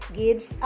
gives